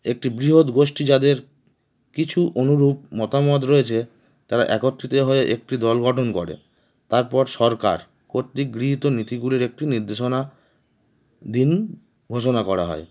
একটি বৃহৎ গোষ্ঠী যাদের কিছু অনুরূপ মতামত রয়েছে তারা একত্রিত হয়ে একটি দল গঠন করে তারপর সরকার কর্তৃক গৃহীত নীতিগুলির একটি নির্দেশনার দিন ঘোষণা করা হয়